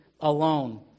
alone